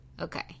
okay